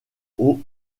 aux